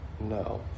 No